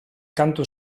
kantu